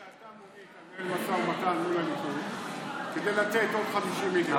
אני הבנתי שאתה אמור לנהל משא ומתן מול הליכוד כדי לתת עוד 50 מיליון,